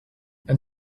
and